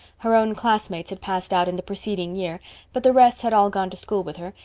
her own classmates had passed out in the preceding year but the rest had all gone to school with her,